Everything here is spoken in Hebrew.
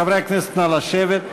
חברי הכנסת, נא לשבת.